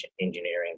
engineering